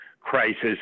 crisis